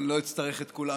אני לא אצטרך את כולן.